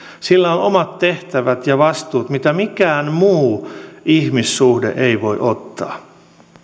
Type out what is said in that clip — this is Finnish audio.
sillä on omat tehtävät ja vastuut joita mikään muu ihmissuhde ei voi ottaa